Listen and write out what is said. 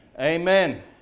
Amen